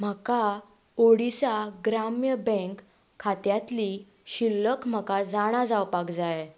म्हाका ओडिसा ग्राम्य बँक खात्यांतली शिल्लक म्हाका जाणा जावपाक जाय